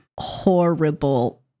Horrible